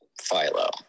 Philo